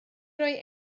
roi